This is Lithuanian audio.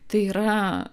tai yra